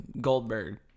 Goldberg